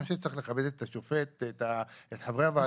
אני חושב שצריך לכבד את השופט ואת חברי הוועדה.